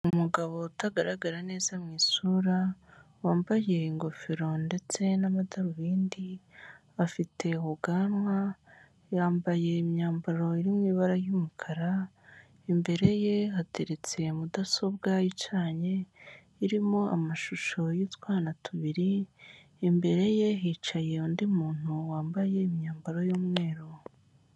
Umugabo utagaragara neza mu isura, wambaye ingofero ndetse n'amadarubindi, afite ubwanwa, yambaye imyambaro iri mu ibara y'umukara, imbere ye hateretse mudasobwa icanye, irimo amashusho y'utwana tubiri, imbere ye hicaye undi muntu wambaye imyambaro y'umweru.